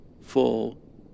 full